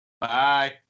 Bye